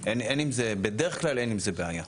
אין עם זה, בדרך כלל אין עם זה בעיה.